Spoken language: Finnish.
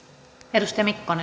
arvoisa